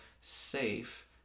safe